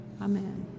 Amen